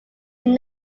did